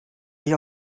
sich